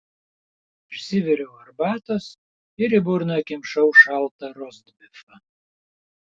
išsiviriau arbatos ir į burną kimšau šaltą rostbifą